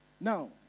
Now